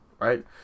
Right